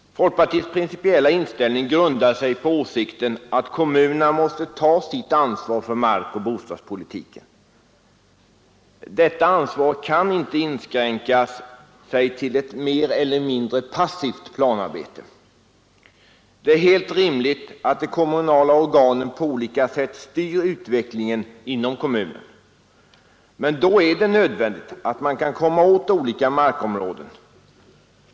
Folkpartiets principiella inställning grundar sig på åsikten att kommunerna måste ta sitt ansvar för markoch bostadspolitiken. Detta ansvar kan inte inskränka sig till ett mer eller mindre passivt planarbete. Det är helt rimligt att de kommunala organen på olika sätt styr utvecklingen inom kommunen. Men då är det nödvändigt att man kan komma åt olika markområden.